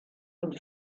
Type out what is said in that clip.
und